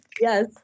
yes